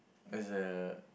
as a